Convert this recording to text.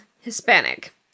Hispanic